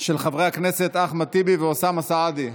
של חברי הכנסת אחמד טיבי ואוסאמה סעדי.